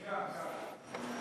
אני כאן, כאן.